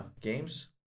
games